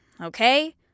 Okay